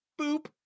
Boop